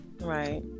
right